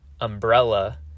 umbrella